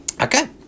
Okay